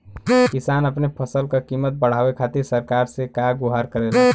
किसान अपने फसल क कीमत बढ़ावे खातिर सरकार से का गुहार करेला?